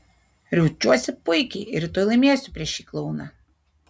jaučiuosi puikiai ir rytoj laimėsiu prieš šį klouną